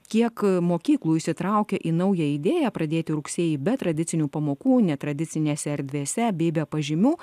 kiek mokyklų įsitraukia į naują idėją pradėti rugsėjį be tradicinių pamokų netradicinėse erdvėse bei be pažymių